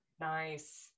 Nice